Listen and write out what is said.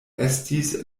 estis